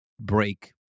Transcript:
break